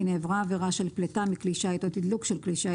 נעברה עבירה של פליטה מכלי שיט או תדלוק של כלי שיט,